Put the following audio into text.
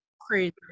Crazy